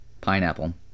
pineapple